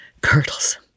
curdles